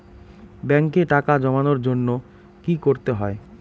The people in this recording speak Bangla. ব্যাংকে টাকা জমানোর জন্য কি কি করতে হয়?